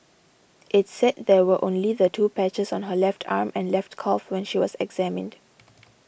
it said there were only the two patches on her left arm and left calf when she was examined